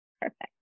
Perfect